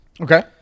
Okay